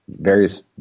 various